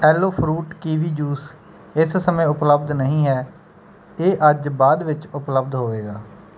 aloe fruit kiwi juice ਇਸ ਸਮੇਂ ਉਪਲਬਧ ਨਹੀਂ ਹੈ ਇਹ ਅੱਜ ਬਾਅਦ ਵਿੱਚ ਉਪਲਬਧ ਹੋਵੇਗਾ